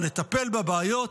אבל לטפל בבעיות?